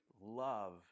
love